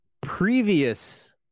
previous –